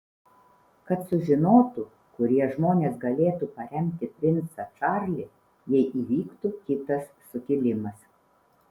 kad sužinotų kurie žmonės galėtų paremti princą čarlį jei įvyktų kitas sukilimas